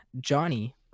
Johnny